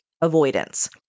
avoidance